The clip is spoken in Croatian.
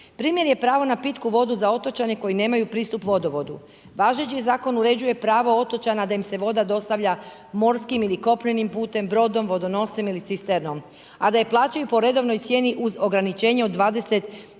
Primjer je pravo na pitku vodu za otočane koji nemaju pristup vodovodu. Važeći zakon uređuje pravo otočana da im se voda dostavlja morskim ili kopnenim putem, brodom, vodonoscem ili cisternom a da je plaćaju po redovnoj cijeni uz ograničenja od 20